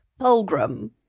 pilgrim